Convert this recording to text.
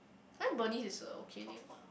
eh Bernice is a okay name ah